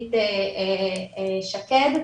המשפטית שקד,